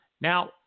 Now